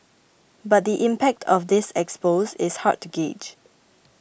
but the impact of this expose is hard to gauge